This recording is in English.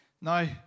Now